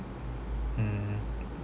mm